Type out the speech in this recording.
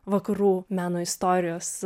vakarų meno istorijos